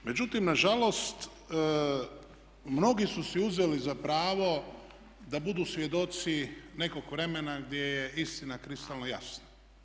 Međutim, nažalost mnogi su si uzeli za pravo da budu svjedoci nekog vremena gdje je istina kristalno jasna.